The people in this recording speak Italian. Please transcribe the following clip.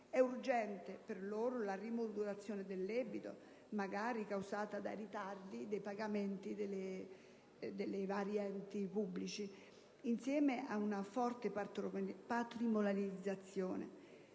È urgente per loro la rimodulazione del debito, magari causata dai ritardi nei pagamenti dei vari enti pubblici, insieme ad una forte patrimonializzazione;